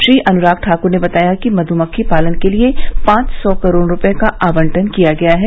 श्री अनुराग ठाकुर ने बताया कि मधुमक्खी पालन के लिए पांच सौ करोड़ रूपये का आवंटन किया गया है